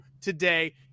today